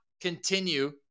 continue